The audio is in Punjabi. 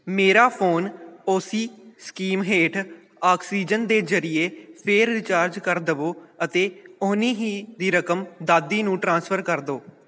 ਮੇਰਾ ਫੋਨ ਉਸੀ ਸਕੀਮ ਹੇਠ ਆਕਸੀਜਨ ਦੇ ਜ਼ਰੀਏ ਫੇਰ ਰਿਚਾਰਜ ਕਰ ਦਵੋ ਅਤੇ ਓਹਨੀ ਹੀ ਦੀ ਰਕਮ ਦਾਦੀ ਨੂੰ ਟ੍ਰਾਂਸਫਰ ਕਰ ਦਿਓ